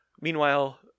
Meanwhile